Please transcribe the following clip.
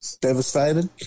Devastated